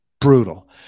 brutal